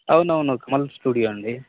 అవునవును కమల్ స్టూడియో అండి